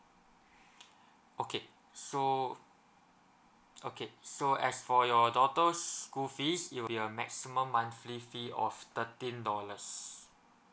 okay so okay so as for your daughter's school fees it'll be a maximum monthly fee of thirteen dollars